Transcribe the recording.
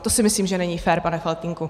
To si myslím, že není fér, pane Faltýnku.